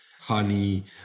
honey